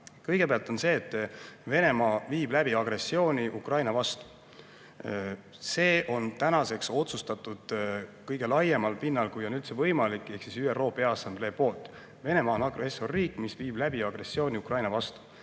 Kõigepealt on see, et Venemaa viib läbi agressiooni Ukraina vastu. See on tänaseks otsustatud nii laial pinnal, kui on üldse võimalik, ehk ÜRO Peaassamblee poolt: Venemaa on agressorriik, mis viib läbi agressiooni Ukraina vastu.